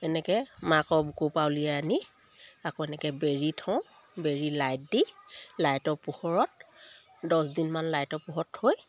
এনেকে মাকৰ বুকু পৰা ওলিয়াই আনি আকৌ এনেকে বেৰি থওঁ বেৰি লাইট দি লাইটৰ পোহৰত দছ দিনমান লাইটৰ পোহৰত থৈ